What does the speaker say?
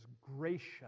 gracious